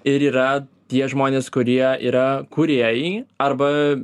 ir yra tie žmonės kurie yra kūrėjai arba